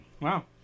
wow